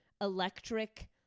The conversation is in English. electric